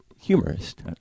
humorist